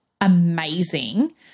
amazing